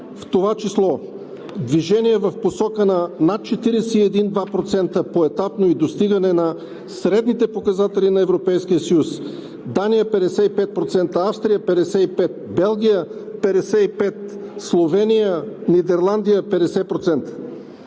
в това число движение в посока на над 41 – 42% поетапно и достигане на средните показатели на Европейския съюз: Дания – 55%, Австрия – 55%, Белгия – 55%, Словения, Нидерландия – 50%.